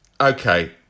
Okay